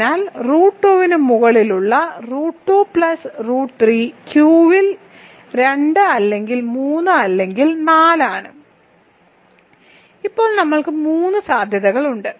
അതിനാൽ റൂട്ട് 2 ന് മുകളിലുള്ള റൂട്ട് 2 പ്ലസ് റൂട്ട് 3 Q ഇൽ 2 അല്ലെങ്കിൽ 3 അല്ലെങ്കിൽ 4 ആണ് ഇപ്പോൾ നമ്മൾക്ക് മൂന്ന് സാധ്യതകളുണ്ട്